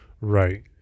Right